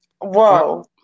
Whoa